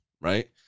right